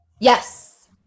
Yes